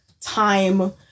time